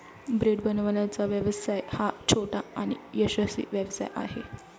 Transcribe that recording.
bread बनवण्याचा व्यवसाय हा छोटा आणि यशस्वी व्यवसाय आहे